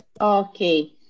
okay